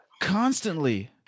Constantly